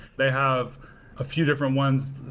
they have a few different ones.